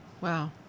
Wow